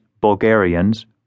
Bulgarians